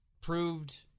proved